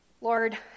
Lord